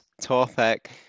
topic